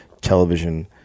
television